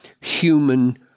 human